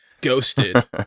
Ghosted